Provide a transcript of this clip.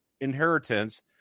inheritance